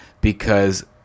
because-